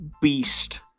Beast